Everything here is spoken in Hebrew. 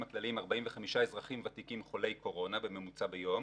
כלליים 45 אזרחים ותיקים חולי קורונה בממוצע ביום